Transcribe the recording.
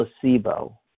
placebo